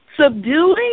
Subduing